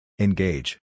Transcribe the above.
Engage